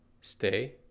stay